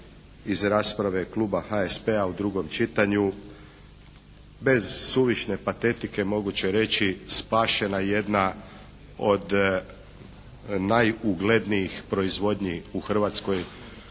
iz rasprave kluba HSP-a u drugom čitanju, bez suvišne patetike moguće reći spašena jedna od najuglednijih proizvodnji u Hrvatskoj